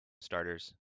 starters